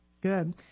good